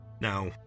Now